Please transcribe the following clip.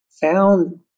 found